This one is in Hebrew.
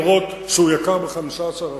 אפילו שהוא יקר ב-15%.